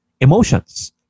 emotions